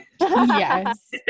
Yes